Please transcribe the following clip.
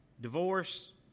divorce